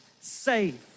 save